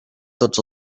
tots